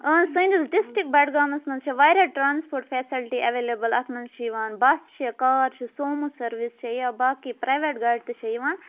اَہن حظ سٲنِس ڈِسٹرک بَڈگامَس مَنٛز چھِ واریاہ ٹرانسپوٹ فیسَلٹی ایویلیبٕل اَتھ منٛز چھِ یِوان بَس چھِ کار چھِ سومو سٔروِس چھِ یا باقٕے پرٛایویٹ گاڑِ تہِ چھےٚ یِوان